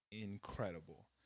incredible